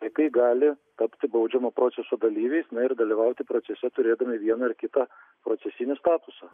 vaikai gali tapti baudžiamo proceso dalyviais ir dalyvauti procese turėdami vieną ar kitą procesinį statusą